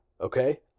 okay